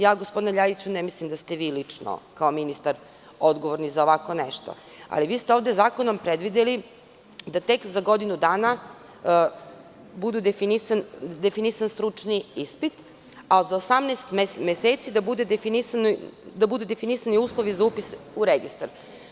Ja, gospodine Ljajiću, ne mislim da ste vi lično, kao ministar, odgovorni za ovako nešto, ali vi ste ovde zakonom predvideli da tek za godinu dana bude definisan stručni ispit, a za 18 meseci da budu definisani uslovi za upis u registar.